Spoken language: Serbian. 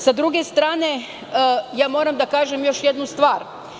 Sa druge strane, moram da kažem još jednu stvar.